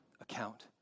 account